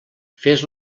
fes